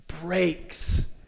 breaks